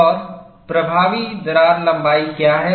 और प्रभावी दरार लंबाई क्या है